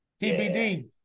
TBD